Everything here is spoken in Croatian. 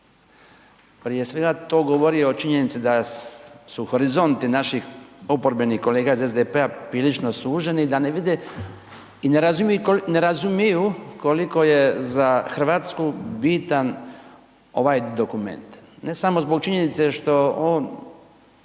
Prije svega to govori o činjenici da su horizonti naših oporbenih kolega iz SDP-a prilično suženi, da ne vide i ne razumiju koliko je za Hrvatsku bitan ovaj dokument. Ne samo zbog činjenice što